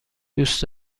دوست